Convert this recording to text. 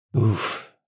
Oof